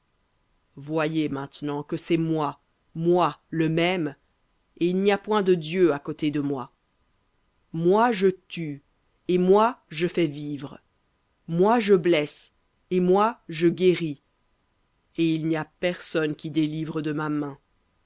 voyez maintenant que c'est moi moi le même et il n'y a point de dieu à côté de moi moi je tue et moi je fais vivre moi je blesse et moi je guéris et il n'y a personne qui délivre de ma main